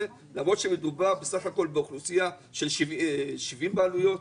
למרות שמדובר בסך הכול באוכלוסייה של 70 בעלויות